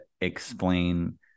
explain